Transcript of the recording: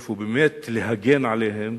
איפה באמת להגן עליהם,